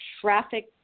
traffic